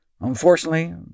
Unfortunately